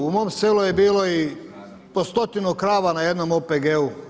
U mom selu je bilo i po stotinu krava na jednom OPG-u.